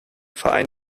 verein